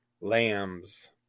Lambs